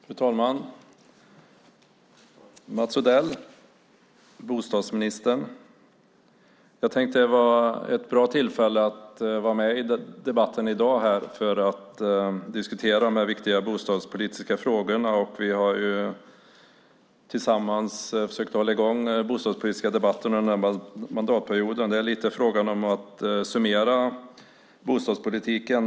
Fru talman! Bostadsminister Mats Odell! Jag tyckte att det var ett bra tillfälle att delta i debatten i dag och diskutera de viktiga bostadspolitiska frågorna. Vi har ju tillsammans försökt hålla i gång den bostadspolitiska debatten under mandatperioden. Det handlar lite grann om att nu summera bostadspolitiken.